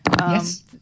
Yes